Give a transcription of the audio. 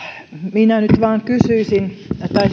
minä nyt vain kysyisin